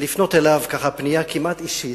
לפנות אליו פנייה כמעט אישית,